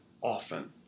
often